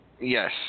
Yes